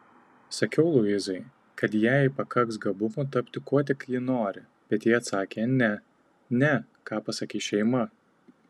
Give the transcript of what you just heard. sakiau luizai kad jai pakaks gabumų tapti kuo tik ji nori bet ji atsakė ne ne ką pasakys šeima